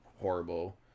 horrible